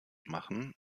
machen